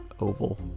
oval